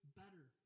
better